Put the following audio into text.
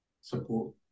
support